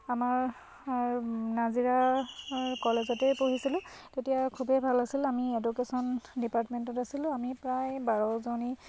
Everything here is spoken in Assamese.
আমাৰ নাজিৰা কলেজতেই পঢ়িছিলোঁ তেতিয়া খুবেই ভাল আছিল আমি এডুকেশ্যন ডিপাৰ্টমেণ্টত আছিলোঁ আমি প্ৰায় বাৰজনী